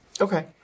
Okay